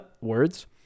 Words